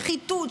שחיתות,